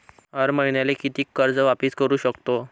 हर मईन्याले कितीक कर्ज वापिस करू सकतो?